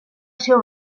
ser